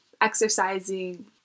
exercising